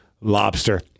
lobster